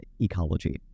ecology